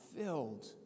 filled